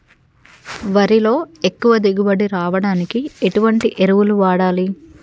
వరిలో ఎక్కువ దిగుబడి రావడానికి ఎటువంటి ఎరువులు వాడాలి?